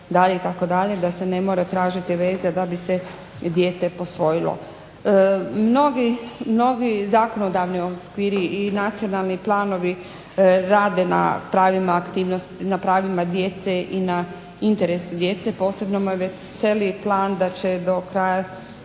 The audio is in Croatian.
da se ne mora tražiti veza da bi se dijete posvojilo. Mnogi zakonodavni okviri i nacionalni planovi rade na pravima djece i na interesu djece. Posebno me veseli plan da će do kraja